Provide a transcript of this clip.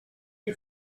you